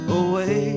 away